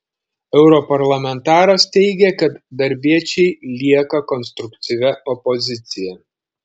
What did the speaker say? europarlamentaras teigė kad darbiečiai lieka konstruktyvia opozicija